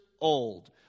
old